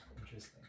interesting